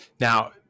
Now